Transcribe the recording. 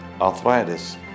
Arthritis